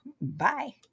bye